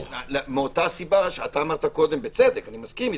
מאותה סיבה שאמרת קודם בצדק אני מסכים אתך,